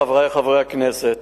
חברי חברי הכנסת,